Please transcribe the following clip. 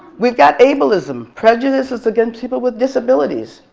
we've got ableism. prejudice against people with disabilities.